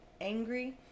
angry